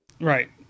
Right